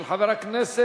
של חבר הכנסת